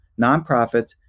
nonprofits